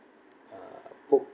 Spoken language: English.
uh book